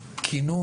בכינוס,